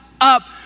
up